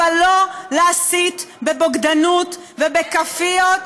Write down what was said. אבל לא להסית בבוגדנות ובכאפיות,